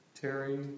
Terry